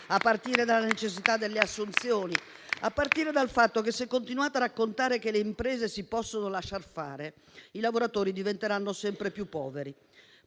pubblici, dalla necessità delle assunzioni, dal fatto che se continuate a raccontare che le imprese si possono lasciar fare i lavoratori diventeranno sempre più poveri